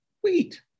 Wheat